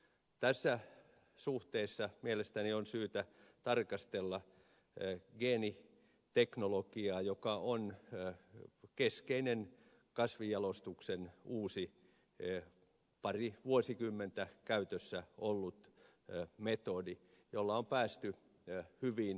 tässä suhteessa mielestäni on syytä tarkastella geeniteknologiaa joka on keskeinen kasvinjalostuksen uusi pari vuosikymmentä käytössä ollut metodi jolla on päästy hyviin tuloksiin